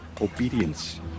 obedience